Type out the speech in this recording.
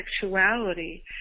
sexuality